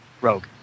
Rogue